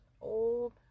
old